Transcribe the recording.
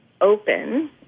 open